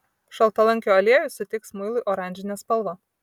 šaltalankio aliejus suteiks muilui oranžinę spalvą